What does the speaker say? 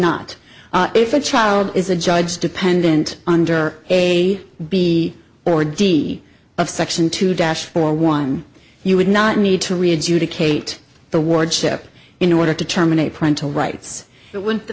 not if a child is a judge dependent under a b or d of section two dash or one you would not need to read you to kate the word chip in order to terminate parental rights